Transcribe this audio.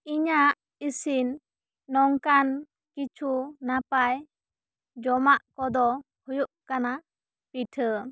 ᱤᱧᱟᱹᱜ ᱤᱥᱤᱱ ᱱᱚᱝᱠᱟᱱ ᱠᱤᱪᱷᱩ ᱱᱟᱯᱟᱭ ᱡᱚᱢᱟᱜ ᱠᱚᱫᱚ ᱦᱩᱭᱩᱜ ᱠᱟᱱᱟ ᱯᱤᱴᱷᱟᱹ